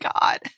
god